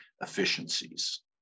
efficiencies